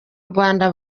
rwanda